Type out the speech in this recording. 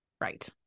right